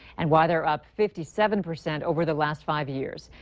and why they are up fifty seven percent over the last five years.